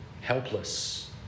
helpless